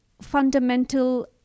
fundamental